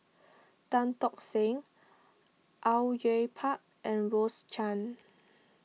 Tan Tock Seng Au Yue Pak and Rose Chan